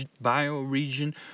bio-region